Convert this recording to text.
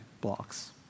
blocks